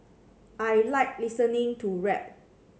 I like listening to rap